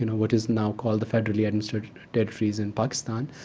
you know what is now called the federally administered territories, in pakistan,